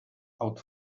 out